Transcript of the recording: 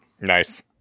Nice